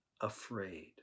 afraid